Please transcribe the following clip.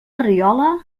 riola